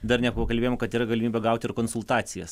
dar nepakalbėjom kad yra galimybė gauti ir konsultacijas